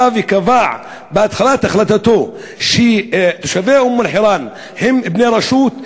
בא וקבע בהתחלת החלטתו שתושבי אום-אלחיראן הם בני רשות,